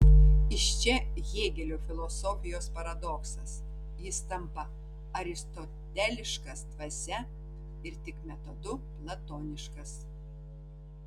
iš čia hėgelio filosofijos paradoksas jis tampa aristoteliškas dvasia ir tik metodu platoniškas